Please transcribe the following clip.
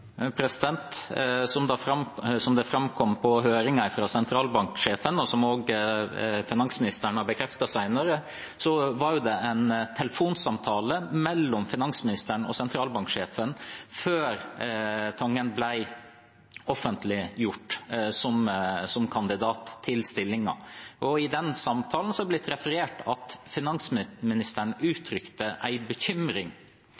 Som det framkom i høringen fra sentralbanksjefen, og som også finansministeren har bekreftet senere, var det en telefonsamtale mellom finansministeren og sentralbanksjefen før Tangen ble offentliggjort som kandidat til stillingen. I den samtalen er det blitt referert at finansministeren